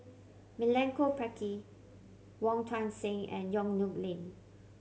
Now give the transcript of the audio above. Milenko Prvacki Wong Tuang Seng and Yong Nyuk Lin